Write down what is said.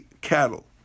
cattle